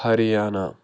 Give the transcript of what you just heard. Haryana